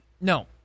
No